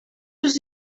was